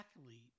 athlete